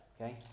Okay